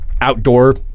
outdoor